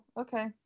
okay